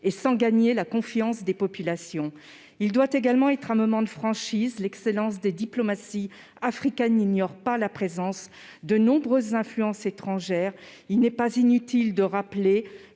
sans gagner la confiance des populations. Ce sommet doit être aussi un moment de franchise : l'excellence des diplomaties africaines n'ignore pas la présence de nombreuses influences étrangères. Il n'est pas inutile de rappeler